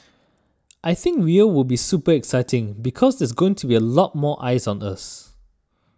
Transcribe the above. I think Rio will be super exciting because there's going to be a lot more eyes on us